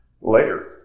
later